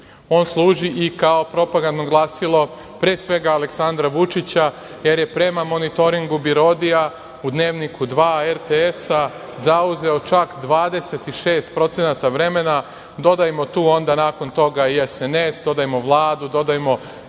on služi i kao propagandno glasilo pre svega Aleksandra Vučića, jer je prema monitoringu BIRODIA u Dnevniku 2 RTS-a zauzeo čak 26% vremena. Dodajmo tu onda nakon toga je SNS, dodajmo Vladu, dodajmo